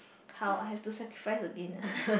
how I have to sacrifice again ah